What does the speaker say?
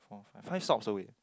four five five stops away